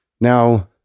now